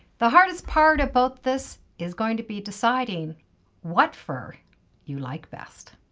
the hardest part about this is going to be deciding what fur you like best.